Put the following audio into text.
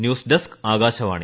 news desk Akashvani